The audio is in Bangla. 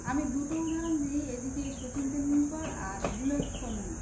আমি দুটো উদাহরণ দিই এদিকে শচীন তেন্ডুলকর আর বিনোদ কাম্বলি